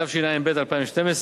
התשע"ב 2012,